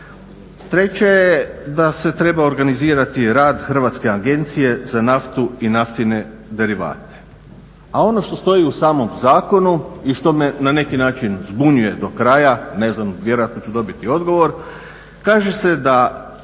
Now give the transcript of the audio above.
Treće je da se treba organizirati rad Hrvatske agencije za naftu i naftne derivate. A ono što stoji u samom zakonu i što me na neki način zbunjuje do kraja, ne znam vjerojatno ću dobiti odgovor, kaže se da